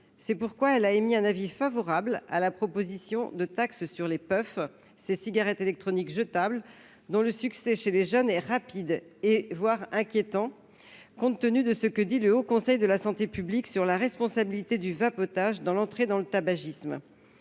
C'est pourquoi elle a émis un avis favorable sur la proposition de taxe sur les , ces cigarettes électroniques jetables dont le succès chez les jeunes est rapide, voire inquiétant si l'on tient compte de ce que dit le Haut Conseil de la santé publique sur la responsabilité du vapotage dans l'entrée dans le tabagisme.